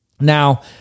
Now